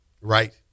Right